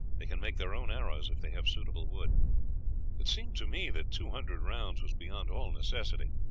they can make their own arrows if they have suitable wood it seemed to me that two hundred rounds was beyond all necessity,